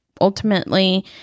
ultimately